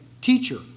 Teacher